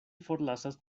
forlasas